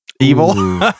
evil